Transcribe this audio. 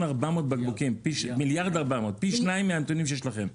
ו-400 בקבוקים פי שניים מהנתונים שיש לכם.